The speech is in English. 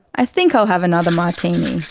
i think i'll have another martini.